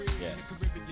Yes